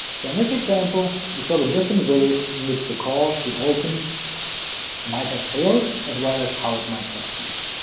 so in this example, we saw the different ways in which the call to open two might have failed, as well as how it might succeed.